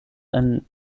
einen